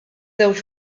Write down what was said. żewġ